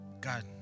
God